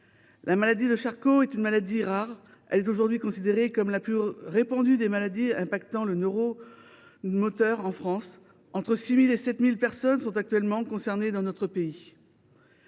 La maladie de Charcot est une maladie rare. Elle est aujourd’hui considérée comme la plus répandue des maladies impactant le neurone moteur en France. Entre 6 000 et 7 000 personnes sont actuellement concernées dans notre pays.